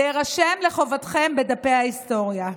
זה יירשם לחובתכם בדפי ההיסטוריה.